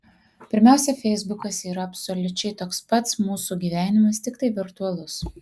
pirmiausia feisbukas yra absoliučiai toks pats mūsų gyvenimas tiktai virtualus